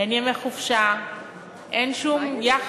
אין ימי חופשה ואין שום יחס.